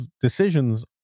decisions